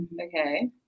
Okay